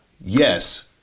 yes